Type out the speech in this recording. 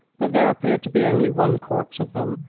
but there appeared to be only one corps of them,